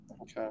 Okay